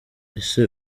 ese